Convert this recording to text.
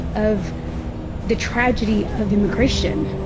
of the tragedy of immigration.